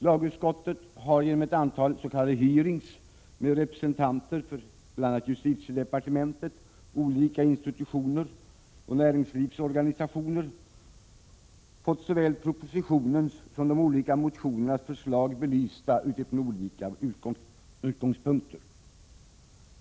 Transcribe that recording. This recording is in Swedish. Lagutskottet har genom ett antal s.k. hearingar med representanter för bl.a. justitiedepartementet, olika institutioner och näringslivsorganisationer fått såväl propositionens som motionernas förslag belysta från olika utgångspunkter.